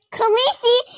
Khaleesi